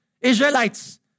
Israelites